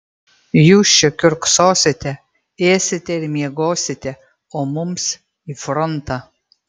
jūs čia kiurksosite ėsite ir miegosite o mums į frontą